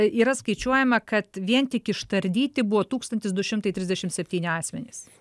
yra skaičiuojama kad vien tik ištardyti buvo tūkstantis du šimtai trisdešimt septyni asmenys